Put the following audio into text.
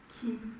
Keep